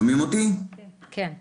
קודם כל,